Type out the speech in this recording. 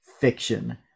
fiction